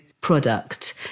product